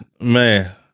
man